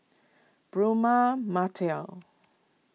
Braema Matil